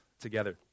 together